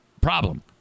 Problem